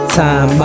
time